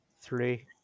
three